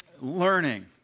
learning